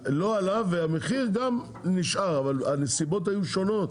לא עלה והמחיר גם נשאר אבל הנסיבות היו שונות.